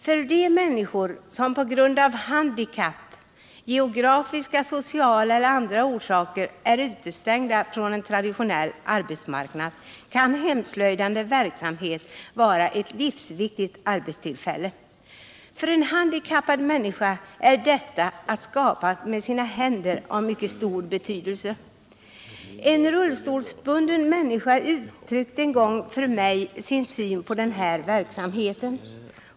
För de människor som av handikapp, geografiska, sociala eller andra orsaker är utestängda från en traditionell arbetsmarknad kan hemslöjdande verksamhet vara ett livsviktigt arbetstillfälle. För en handikappad människa är detta att skapa med sina händer av mycket stor betydelse. En rullstolsbunden människa uttryckte en gång för mig sin syn på denna verksamhet.